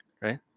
Right